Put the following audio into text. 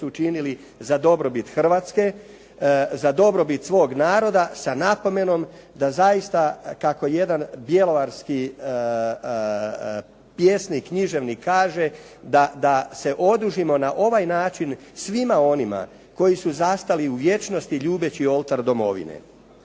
učinili za dobrobit Hrvatske, za dobrobit svog naroda sa napomenom da zaista kako jedan bjelovarski pjesnik, književnik kaže da se odužimo na ovaj način svima onima koji su zastali u vječnosti ljubeći Oltar Domovine.